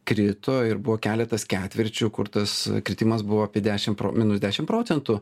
krito ir buvo keletas ketvirčių kur tas kritimas buvo apie dešim pro minus dešim procentų